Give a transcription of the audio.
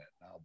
now